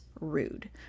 rude